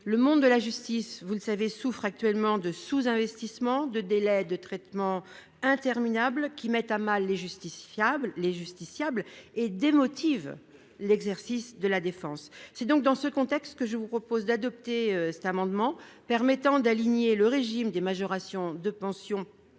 Le monde de la justice, vous le savez, souffre actuellement d'un sous-investissement, de délais de traitement interminables qui mettent à mal les justiciables et démotivent l'exercice de la défense. C'est dans ce contexte que je vous propose d'adopter cet amendement permettant d'aligner le régime des majorations de pension